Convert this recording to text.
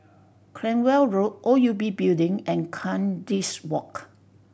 Cranwell Road O U B Building and Kandis Walk